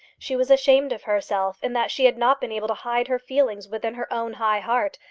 she was ashamed of herself in that she had not been able to hide her feelings within her own high heart,